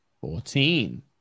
Fourteen